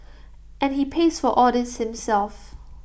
and he pays for all this himself